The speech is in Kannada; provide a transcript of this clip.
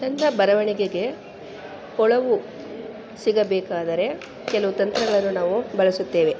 ನನ್ನ ಬರವಣಿಗೆಗೆ ಹೊಳವು ಸಿಗಬೇಕಾದರೆ ಕೆಲವು ತಂತ್ರಗಳನ್ನು ನಾವು ಬಳಸುತ್ತೇವೆ